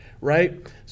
right